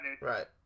Right